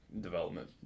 development